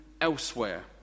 elsewhere